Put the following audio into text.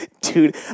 Dude